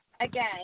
again